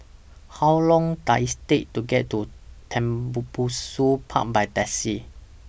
How Long Does IT Take to get to Tembubusu Park By Taxi